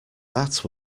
that